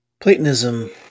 Platonism